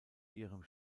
ihrem